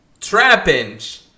Trapinch